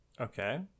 Okay